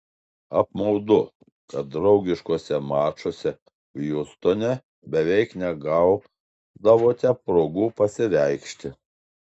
apmaudu kad draugiškuose mačuose hjustone beveik negaudavote progų pasireikšti